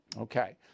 Okay